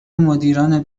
مدیران